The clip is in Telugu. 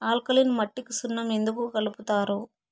ఆల్కలీన్ మట్టికి సున్నం ఎందుకు కలుపుతారు